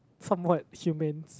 from what human